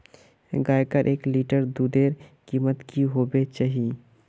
गायेर एक लीटर दूधेर कीमत की होबे चही?